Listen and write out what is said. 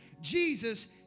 Jesus